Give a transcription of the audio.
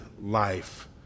life